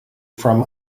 from